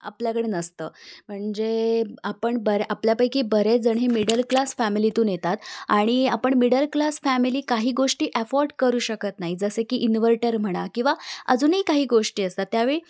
आपल्याकडे नसतं म्हणजे आपण बऱ्या आपल्यापैकी बरेच जण हे मिडल क्लास फॅमिलीतून येतात आणि आपण मिडल क्लास फॅमिली काही गोष्टी ॲफोर्ड करू शकत नाही जसे की इन्व्हर्टर म्हणा किंवा अजूनही काही गोष्टी असतात त्यावेळी